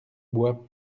bois